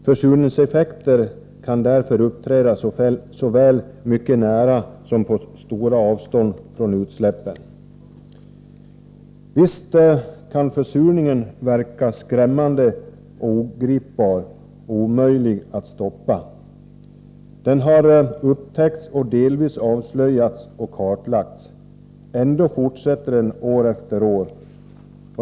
Försurningseffekter kan därför uppträda såväl mycket nära som på stora avstånd från utsläppen. Visst kan försurningen verka skrämmande och ogripbar och omöjlig att stoppa. Den har upptäckts, delvis avslöjats och kartlagts — ändå fortsätter den år efter år.